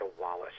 Wallace